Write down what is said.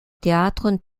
théâtre